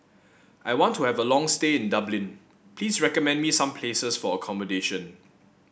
I want to have a long stay in Dublin please recommend me some places for accommodation